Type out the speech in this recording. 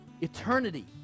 eternity